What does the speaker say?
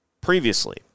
previously